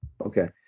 okay